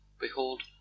Behold